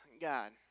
God